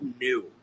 new